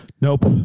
Nope